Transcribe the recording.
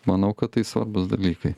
manau kad tai svarbūs dalykai